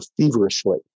feverishly